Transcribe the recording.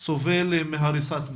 סובל מהריסת ביתו.